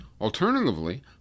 Alternatively